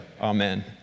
Amen